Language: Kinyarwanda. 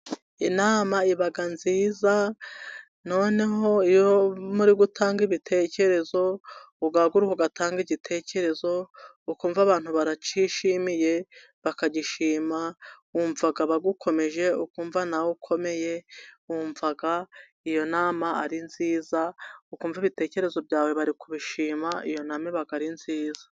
Inama iba nziza noneho iyo muri gutanga ibitekerezo, ugahaguruka ugatanga igitekerezo, ukumva abantu baracyishimiye bakagishima wumva bagukomeje ukumva nawe ukomeye wumva iyo nama ari nziza ukumva ibitekerezo byawe bari kubishima iyo nama iba ari nziza.